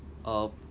uh